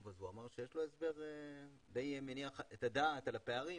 שיש הסבר מניח את הדעת על הפערים,